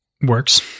works